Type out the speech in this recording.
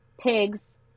pigs